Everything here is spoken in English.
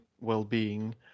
well-being